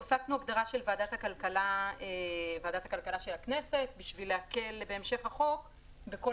הוספנו הגדרה של "ועדת הכלכלה של הכנסת" בשביל להקל בהמשך החוק בכל